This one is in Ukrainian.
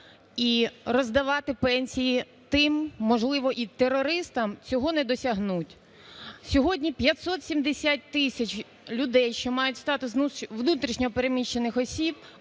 і роздавати пенсії тим, можливо, і терористам, цього не досягнуть. Сьогодні 570 тисяч людей, що мають статус внутрішньо переміщених осіб,